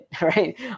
right